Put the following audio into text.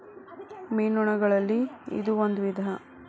ಮೇನುಗಳಲ್ಲಿ ಇದು ಒಂದ ವಿಧಾ